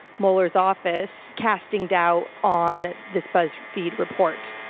mueller's office, casting doubt on this buzzfeed report.